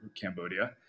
Cambodia